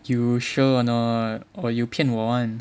you sure or not or you 骗我 [one]